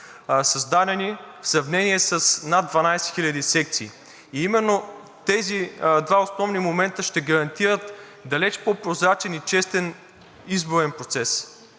създадени в сравнение с над 12 хиляди секции. Именно тези два основни момента ще гарантират далеч по-прозрачен и честен изборен процес.